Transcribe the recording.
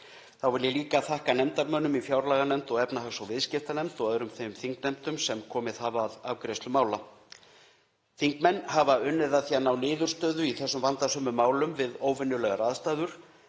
Þá vil ég líka þakka nefndarmönnum í fjárlaganefnd og efnahags- og viðskiptanefnd og öðrum þeim þingnefndum sem komið hafa að afgreiðslu mála. Þingmenn hafa unnið að því að ná niðurstöðu í þessum vandasömu málum við óvenjulegar aðstæður,